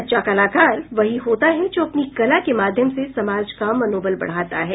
सच्चा कलाकार वही होता है जो अपनी कला के माध्यम से समाज का मनोबल बढ़ाता है